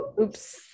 Oops